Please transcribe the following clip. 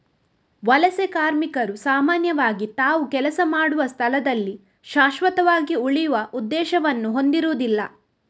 ವಲಸೆ ಕಾರ್ಮಿಕರು ಸಾಮಾನ್ಯವಾಗಿ ತಾವು ಕೆಲಸ ಮಾಡುವ ಸ್ಥಳದಲ್ಲಿ ಶಾಶ್ವತವಾಗಿ ಉಳಿಯುವ ಉದ್ದೇಶವನ್ನು ಹೊಂದಿರುದಿಲ್ಲ